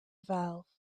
valve